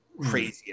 crazy